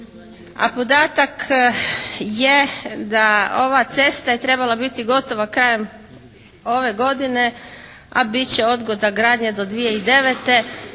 a podatak je da ova cesta je trebala biti gotova krajem ove godine a bit će odgoda gradnje do 2009.